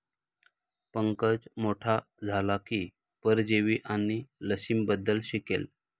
पंकज मोठा झाला की परजीवी आणि लसींबद्दल शिकेल